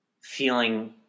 feeling